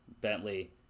Bentley